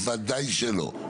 ודאי שלא,